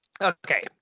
Okay